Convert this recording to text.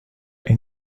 این